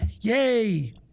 Yay